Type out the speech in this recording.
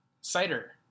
Cider